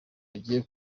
kagiye